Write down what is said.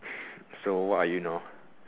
so what are you now